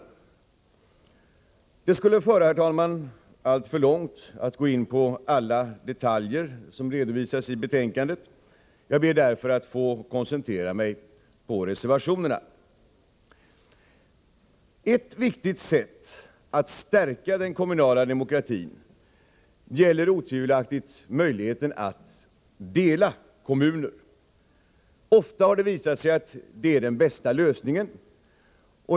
Det skulle, herr talman, föra alltför långt att gå in på alla detaljer som redovisas i betänkandet. Jag ber därför att få koncentrera mig på reservationerna. Ett viktigt sätt att stärka den kommunala demokratin är otvivelaktigt att dela kommuner. Ofta har det visat sig att det är den bästa lösningen.